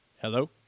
Hello